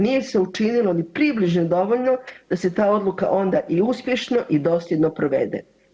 Nije se učinilo ni približno dovoljno da se ta odluka onda i uspješno i dosljedno provede.